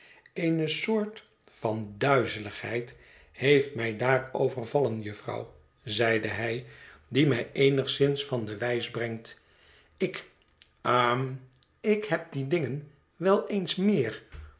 eene soort van duizeligheid heeft mij daar overvallen jufvrouw zeide hij die mij eenigszins van de wijs brengt ik hm ik heb die dingen wel eens meer